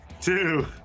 two